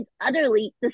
utterly